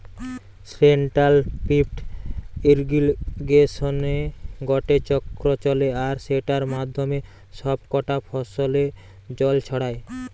central pivot ইর্রিগেশনে গটে চক্র চলে আর সেটার মাধ্যমে সব কটা ফসলে জল ছড়ায়